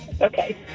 Okay